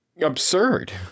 absurd